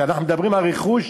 כשאנחנו מדברים על רכוש,